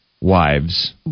wives